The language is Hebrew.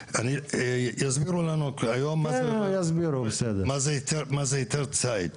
יסבירו לנו מה זה היתר ציד.